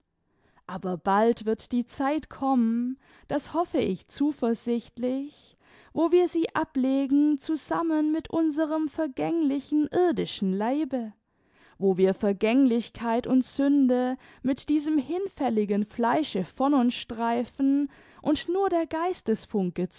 aber bald wird die zeit kommen das hoffe ich zuversichtlich wo wir sie ablegen zusammen mit unserem vergänglichen irdischen leibe wo wir vergänglichkeit und sünde mit diesem hinfälligen fleische von uns streifen und nur der